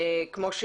כמו,